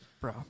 Bro